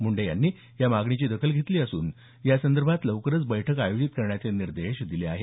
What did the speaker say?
मुंडे यांनी या मागणीची दखल घेतली असून यासंदर्भात लवकरच बैठक आयोजित करण्याचे निर्देश दिले आहेत